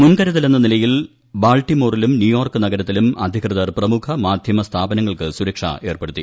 മുൻകരുതലെന്ന നിലയിൽ ബാൾട്ടിമോറിലും ന്യൂയോർക്ക് നഗരത്തിലും അധികൃതർ പ്രമുഖ മാധ്യമസ്ഥാപനങ്ങൾക്ക് സുരക്ഷ ഏർപ്പെടുത്തി